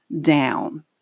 down